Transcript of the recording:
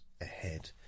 ahead